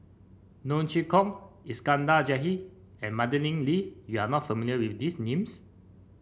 Neo Chwee Kok Iskandar Jalil and Madeleine Lee you are not familiar with these names